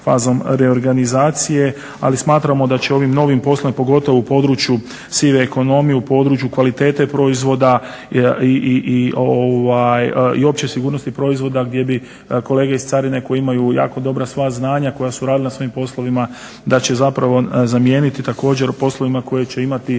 fazom reorganizacije. Ali smatramo da će ovim novim …, pogotovo u području sive ekonomije, u području kvalitete proizvoda i opće sigurnosti proizvoda gdje bi kolege iz carine koje imaju jako dobra svoja znanja, koji su radili na svojim poslovima da će zapravo zamijeniti također u poslovima koje će imati